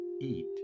eat